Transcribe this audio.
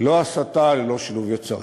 ללא הסתה, ללא שלהוב יצרים.